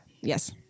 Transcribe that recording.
Yes